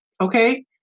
Okay